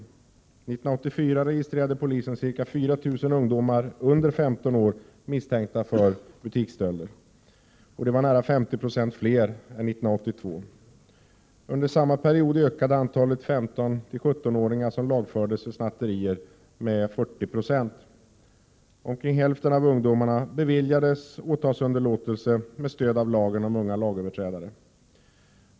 1984 registrerade polisen ca 4 000 ungdomar under 15 år misstänkta för butiksstölder, och det var nära 50 96 fler än 1982. Under samma period ökade antalet 15-17-åringar som lagfördes för snatterier med 40 Po. Omkring hälften av ungdomarna beviljades åtalsunderlåtelse med stöd av lagen om unga lagöverträdare.